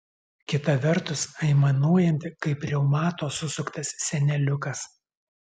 kita vertus aimanuojanti kaip reumato susuktas seneliukas